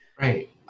Right